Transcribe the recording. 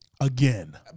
again